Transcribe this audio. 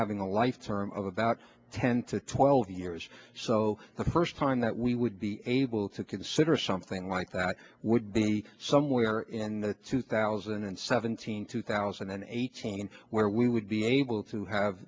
having a life term of about ten to twelve years so the first time that we would be able to consider something like that would be somewhere in two thousand and seventeen two thousand and eighteen where we would be able to have